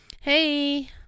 Hey